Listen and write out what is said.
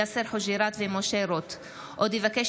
יאסר חוג'יראת ומשה רוט בנושא: